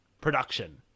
production